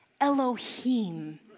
Elohim